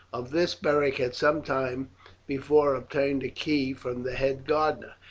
of this beric had some time before obtained a key from the head gardener,